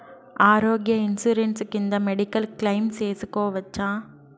ఆరోగ్య ఇన్సూరెన్సు కింద medical claim సేసుకోవచ్చా?